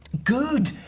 good!